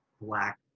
Black